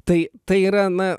tai tai yra na